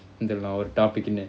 இதெல்லாம்ஒரு:ithellam oru topic